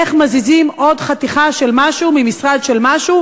איך מזיזים עוד חתיכה של משהו ממשרד של משהו